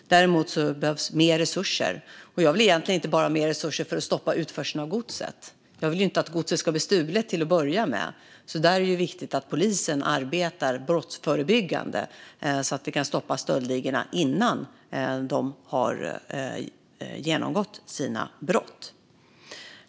Det behövs mer resurser. Jag vill inte bara ha mer resurser för att stoppa utförseln av godset. Jag vill inte att godset ska bli stulet till att börja med. Där är det viktigt att polisen arbetar brottsförebyggande så att vi kan stoppa stöldligorna innan de har begått sina brott.